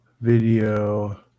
video